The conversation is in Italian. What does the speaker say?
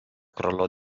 crollò